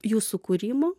jų sukūrimo